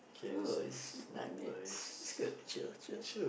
oh is nah I mean it's good chill chill